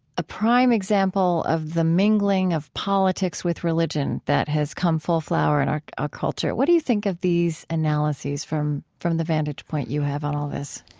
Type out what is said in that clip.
a prime example of the mingling of politics with religion that has come full flower in our ah culture. what do you think of these analyses from from the vantage point you have on all this?